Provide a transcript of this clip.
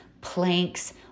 planks